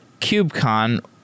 KubeCon